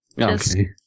Okay